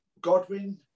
Godwin